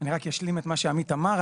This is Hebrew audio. אני רק אשלים את מה שעמית אמר.